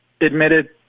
admitted